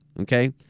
Okay